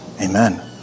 Amen